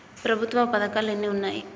ప్రభుత్వ పథకాలు ఎన్ని ఉన్నాయి?